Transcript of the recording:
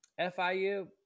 FIU